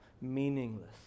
meaningless